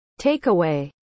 Takeaway